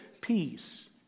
peace